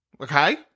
Okay